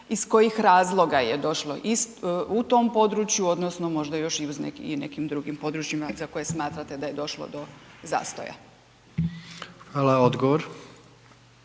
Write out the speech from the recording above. iz kojih razloga je došlo u tom području, odnosno možda još i u nekim drugim područjima za koje smatrate da je došlo do zastoja? **Jandroković,